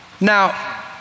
Now